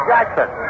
Jackson